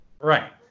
Right